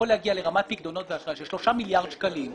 להגיע לרמת פיקדונות ואשראי של 3 מיליארד שקלים,